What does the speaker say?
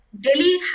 Delhi